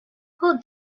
who